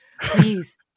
Please